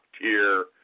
tier